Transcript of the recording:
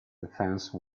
defense